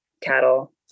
cattle